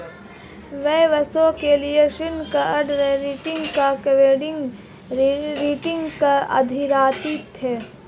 व्यवसायों के लिए ऋण अंडरराइटिंग क्रेडिट रेटिंग पर आधारित है